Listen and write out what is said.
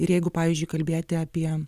ir jeigu pavyzdžiui kalbėti apie